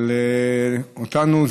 אבל אנו,